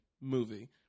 movie